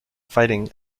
fighting